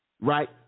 right